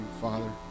Father